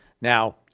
Now